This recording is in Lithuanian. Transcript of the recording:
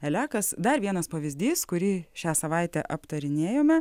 elekas dar vienas pavyzdys kurį šią savaitę aptarinėjome